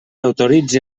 autoritze